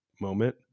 moment